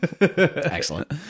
Excellent